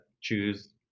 choose